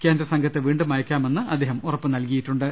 കേന്ദ്രസംഘത്തെ വീണ്ടും അയക്കാമെന്ന് അദ്ദേഹം ഉറപ്പ് നൽകിയിട്ടുണ്ട്